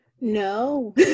No